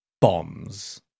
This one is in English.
bombs